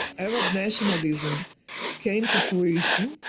arab nationalism came to fruition,